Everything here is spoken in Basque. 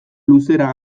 luzera